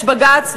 יש בג"ץ,